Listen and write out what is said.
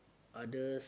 others